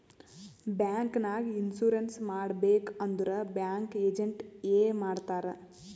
bank ನಾಗ್ insurance ಮಾಡಬೇಕ್ ಅಂದುರ್ ಬ್ಯಾಂಕ್ ಏಜೆಂಟ್ ಎ ಮಾಡ್ತಾರ್